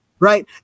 Right